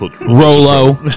Rolo